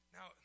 Now